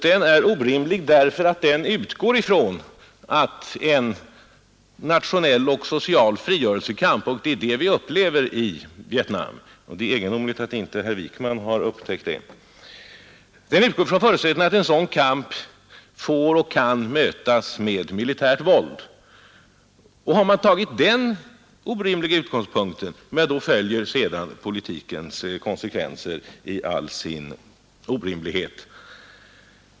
Den är orimlig därför att den utgår från att en nationell och social frigörelsekamp — och det är det som pågår i Vietnam; det är egendomligt att inte herr Wijkman har upptäckt det — får och kan mötas med militärt våld. Har man tagit den orimliga utgångspunkten, följer sedan politikens konsekvenser i all sin orimlighet och brutalitet.